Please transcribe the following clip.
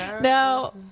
Now